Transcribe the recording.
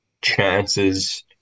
chances